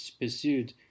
pursued